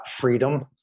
freedom